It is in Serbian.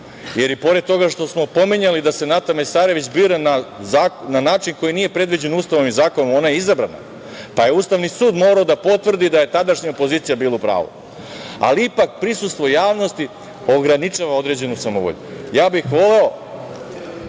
jer i pored toga što smo pominjali da se Nara Mesarević bira na način koji nije predviđen Ustavom i zakonom ona je izabrana, pa je Ustavni sud morao da potvrdi da je tadašnja opozicija bila u pravu. Ali, ipak prisustvo javnosti ograničava određenu samovolju. Voleo bih da